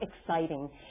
exciting